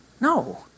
No